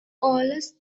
aulus